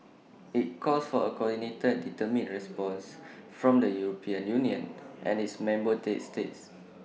IT calls for A coordinated determined response from the european union and its member states